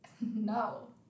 No